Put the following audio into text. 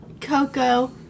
Coco